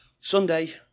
Sunday